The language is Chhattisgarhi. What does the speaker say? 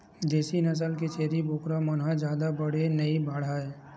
देसी नसल के छेरी बोकरा मन ह जादा बड़े नइ बाड़हय